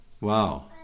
Wow